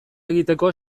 egiteko